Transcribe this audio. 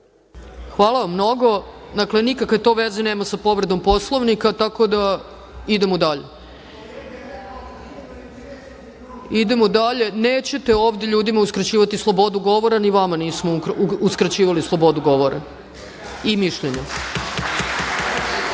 Hvala vam mnogo. Dakle, nikakve to veze nema sa povredom Poslovnika, tako da idemo dalje. Nećete ovde ljudima uskraćivati slobodu govora. Ni vama nismo uskraćivali slobodu govora i mišljenja. Reč